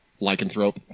Lycanthrope